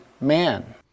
man